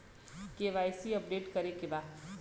KYC update करे के बा?